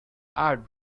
i’d